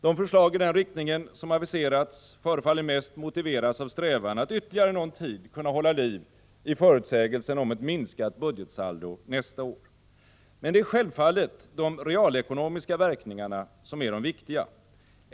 De förslag i den riktningen som aviserats förefaller mest motiveras av strävan att ytterligare någon tid kunna hålla liv i förutsägelsen om ett minskat budgetsaldo nästa år. Men det är självfallet de realekonomiska verkningarna som är de viktiga.